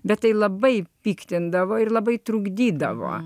bet tai labai piktindavo ir labai trukdydavo